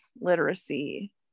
literacy